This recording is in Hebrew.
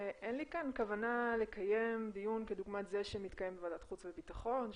שאין לי כאן כוונה לקיים דיון כדוגמת זה שמתקיים בוועדת החוץ והביטחון,